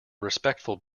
respectful